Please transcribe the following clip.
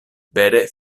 vere